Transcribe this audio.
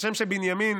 כשם שבנימין